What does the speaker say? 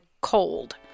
cold